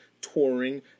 Touring